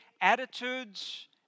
attitudes